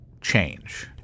change